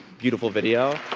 beautiful video.